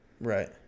Right